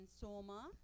Soma